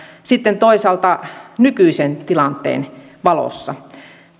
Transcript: sitten toisaalta nykyisen tilanteen valossa